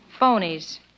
Phonies